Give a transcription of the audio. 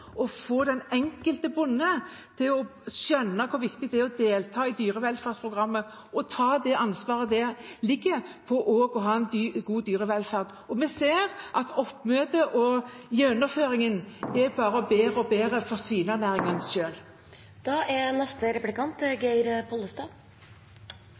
å få til hele kjeden og få den enkelte bonden til å skjønne hvor viktig det er å delta i dyrevelferdsprogrammet og ta det ansvaret en har for en god dyrevelferd. Vi ser at oppmøtet og gjennomføringen blir bedre og bedre